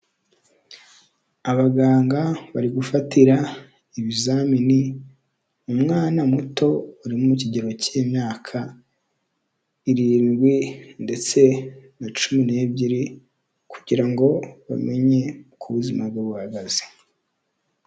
Abaganga bari gufatira ibizamini umwana muto uri mu kigero cy'imyaka irindwi ndetse na cumi n'ebyiri kugira ngo bamenye uko ubuzima bwe buhagaze.